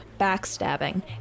backstabbing